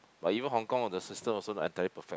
but even Hong-Kong oh the system also not entirely perfect